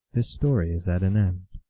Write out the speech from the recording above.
this story is at an end.